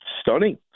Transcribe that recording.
stunning